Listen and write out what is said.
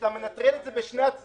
אפילו אם הוא פתח אותו בתחילת שנה ורשם